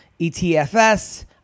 ETFs